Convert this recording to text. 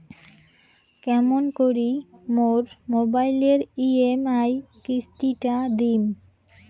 কেমন করি মোর মোবাইলের ই.এম.আই কিস্তি টা দিম?